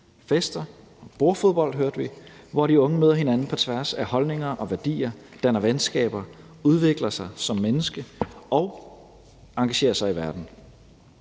fester og bordfodbold, hørte vi, hvor de unge møder hinanden på tværs af holdninger og værdier, danner venskaber, udvikler sig som mennesker og engagerer sig i verden.